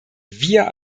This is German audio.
wir